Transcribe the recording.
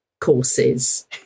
courses